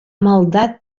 maldat